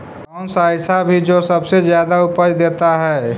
कौन सा ऐसा भी जो सबसे ज्यादा उपज देता है?